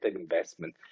investment